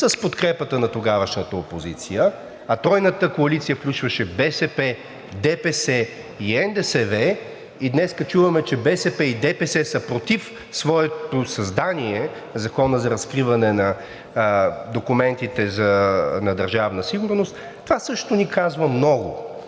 с подкрепата на тогавашната опозиция, а Тройната коалиция включваше БСП, ДПС и НДСВ. И днес чуваме, че БСП и ДПС са против своето създание – Закона за разкриване на документите на Държавна сигурност. Това също ни казва много